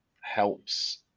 helps